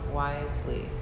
wisely